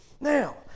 Now